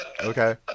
Okay